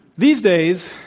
these days,